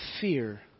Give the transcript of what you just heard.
fear